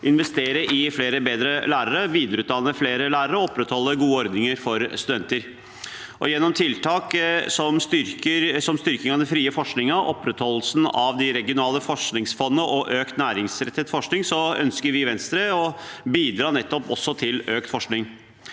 investere i flere og bedre lærere, videreutdanne flere læ rere og opprettholde gode ordninger for studenter. Gjennom tiltak som styrking av den frie forskningen, opprettholdelse av de regionale forskningsfondene og økt næringsrettet forskning ønsker vi i Venstre å bidra til økt forskning.